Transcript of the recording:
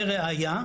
לראיה,